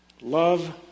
Love